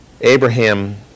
Abraham